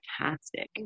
fantastic